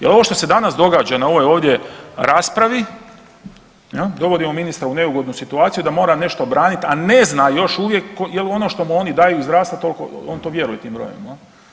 Jel ovo što se danas događa na ovoj ovdje raspravi jel dovodimo ministra u neugodnu situaciju da mora nešto branit, a ne zna još uvijek jel ono što mu oni daju iz zdravstva tolko, on to vjeruje tim brojevima.